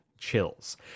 chills